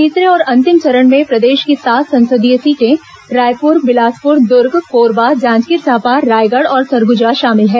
तीसरे और अंतिम चरण में प्रदेश की सात संसदीय सीटें रायपुर बिलासपुर दुर्ग कोरबा जांजगीर चांपा रायगढ़ और सरगुजा शामिल हैं